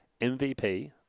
MVP